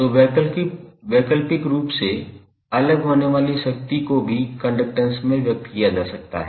तो वैकल्पिक रूप से अलग होने वाली शक्ति को भी कंडक्टैंस में व्यक्त किया जा सकता है